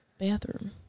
Bathroom